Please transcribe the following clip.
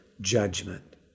judgment